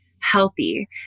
healthy